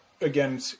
again